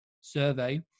survey